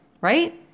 Right